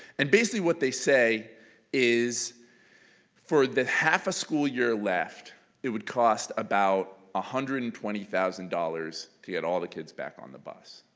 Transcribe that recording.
and basically what they say is for the half a school year left it would cost about one ah hundred and twenty thousand dollars to get all the kids back on the bus.